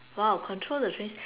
!huh! control the trains